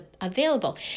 available